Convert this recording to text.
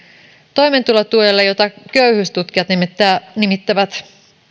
toimeentulotuelle jota köyhyystutkijat nimittävät nimittävät